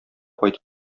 кайтып